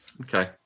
Okay